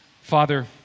Father